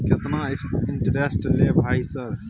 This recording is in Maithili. केतना इंटेरेस्ट ले भाई सर?